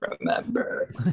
remember